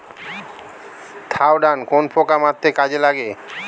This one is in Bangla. থাওডান কোন পোকা মারতে কাজে লাগে?